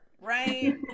right